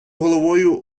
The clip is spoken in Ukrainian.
головою